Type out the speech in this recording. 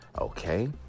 okay